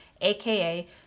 AKA